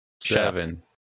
Seven